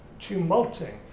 tumulting